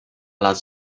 les